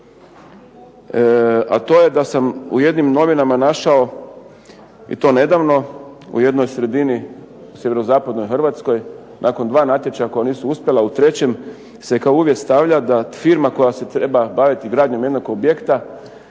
a to je da sam u jednim novinama našao i to nedavno u jednoj sredini, u Sjeverozapadnoj Hrvatskoj, nakon dva natječaja koja nisu uspjela, u trećem se kao uvijek stavlja da firma koja se treba baviti gradnjom jednog objekta